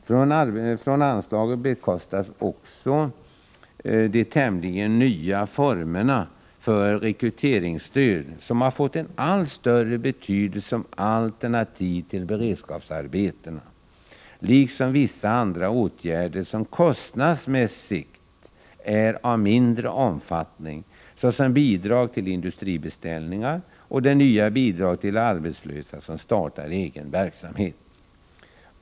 Från anslaget bekostas också de tämligen nya formerna för rekryteringsstöd som fått allt större betydelse som alternativ till beredskapsarbeten, liksom vissa andra åtgärder som kostnadsmässigt är av mindre omfattning, såsom bidrag till industribeställningar och det nya bidraget till arbetslösa som startar egen verksamhet.